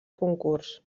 concurs